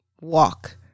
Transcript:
Walk